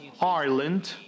Ireland